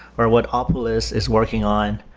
or what ah opal is is working on,